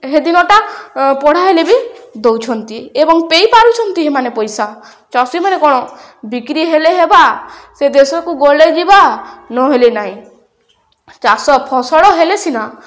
ସେଦିନଟା ପଢ଼ା ହେଲେ ବି ଦେଉଛନ୍ତି ଏବଂ ପାରୁଛନ୍ତି ମମାନେେ ପଇସା ଚାଷୀମାନେ କ'ଣ ବିକ୍ରି ହେଲେ ହେବା ସେ ଦେଶକୁ ଗଲେ ଯିବା ନହେଲେ ନାହିଁ ଚାଷ ଫସଲ ହେଲେ ସିନା